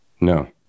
No